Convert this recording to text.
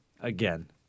Again